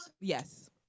Yes